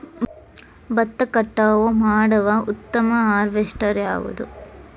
ಭತ್ತ ಕಟಾವು ಮಾಡುವ ಉತ್ತಮ ಹಾರ್ವೇಸ್ಟರ್ ಯಾವುದು?